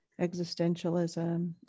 existentialism